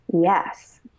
yes